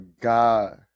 god